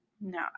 No